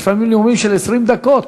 יש כאן נאומים של 20 דקות.